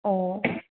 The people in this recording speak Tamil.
ஓ